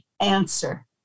answer